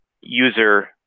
user